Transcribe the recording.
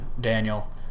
Daniel